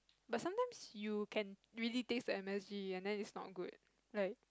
but sometimes you can really taste the M_S_G and then is not good like